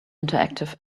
interactive